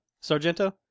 Sargento